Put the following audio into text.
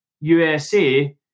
USA